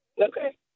Okay